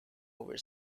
over